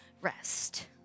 rest